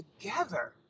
together